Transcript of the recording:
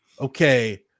okay